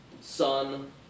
sun